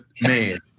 man